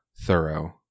thorough